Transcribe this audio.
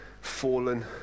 fallen